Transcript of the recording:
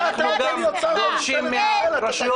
אין רוב לגישה